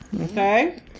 Okay